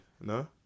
No